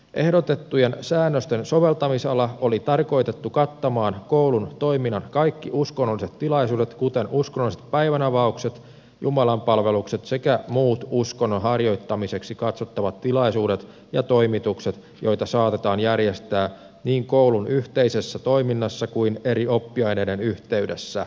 ehdotettujen säännösten soveltamisala oli tarkoitettu kattamaan koulun toiminnan kaikki uskonnolliset tilaisuudet kuten uskonnolliset päivänavaukset jumalanpalvelukset sekä muut uskonnon harjoittamiseksi katsottavat tilaisuudet ja toimitukset joita saatetaan järjestää niin koulun yhteisessä toiminnassa kuin eri oppiaineiden yhteydessä